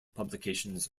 publications